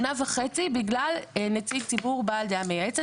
שנה וחצי, בגלל נציג ציבור בעל דעה מייעצת.